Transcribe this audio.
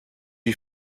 you